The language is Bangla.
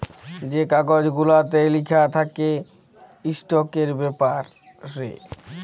যে কাগজ গুলাতে লিখা থ্যাকে ইস্টকের ব্যাপারে